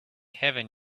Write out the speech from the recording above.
heaven